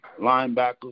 linebackers